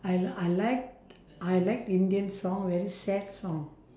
I I like I like indian song very sad song